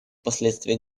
последствий